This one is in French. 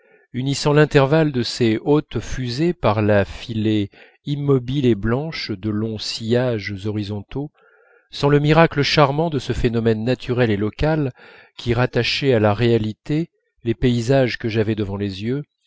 unissant l'intervalle de ses hautes fusées par la filée immobile et blanche de longs sillages horizontaux sans le miracle charmant de ce phénomène naturel et local qui rattachait à la réalité les paysages que j'avais devant les yeux